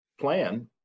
plan